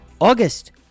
August